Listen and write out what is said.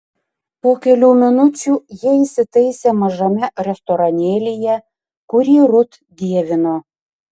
po kelių minučių jie įsitaisė mažame restoranėlyje kurį rut dievino